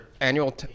annual